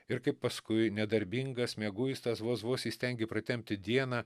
ir kaip paskui nedarbingas mieguistas vos vos įstengi pratempti dieną